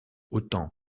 autant